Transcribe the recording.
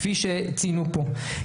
כפי שציינו פה,